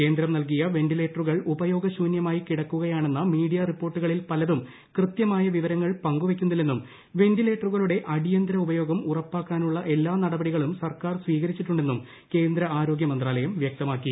കേന്ദ്രം നൽകിയ വെന്റിലേറ്ററുകൾ ഉപയോഗ്യശൂനൃമായി കിടക്കുകയാണെന്ന മീഡിയ റിപ്പോർട്ടുകളിൽ പലതും കൃത്യമായ വിവരങ്ങൾ പങ്കുവയ്ക്കുന്നില്ലെന്നും വെന്റിലേറ്ററുകളുടെ അടിയന്തിര ഉപയോഗം ഉറപ്പാക്കാനുള്ള എല്ലാ ന്ടപടികളും സർക്കാർ സ്വീകരിച്ചിട്ടുണ്ടെന്നും കേന്ദ്രആരോഗ്ച്ച മ്ന്താലയം വൃക്തമാക്കി